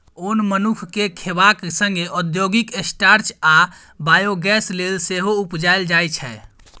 ओन मनुख केँ खेबाक संगे औद्योगिक स्टार्च आ बायोगैस लेल सेहो उपजाएल जाइ छै